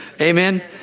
Amen